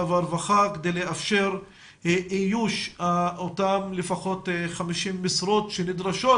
והרווחה כדי לאפשר איוש אותם לפחות 50 משרות נדרשות